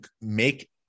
make